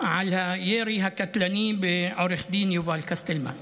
על הירי הקטלני בעו"ד יובל קסטלמן.